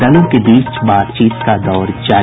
दलों के बीच बातचीत का दौर जारी